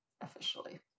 officially